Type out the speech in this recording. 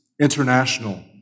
international